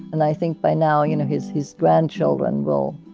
and i think by now you know his his grandchildren will,